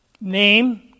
name